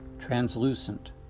Translucent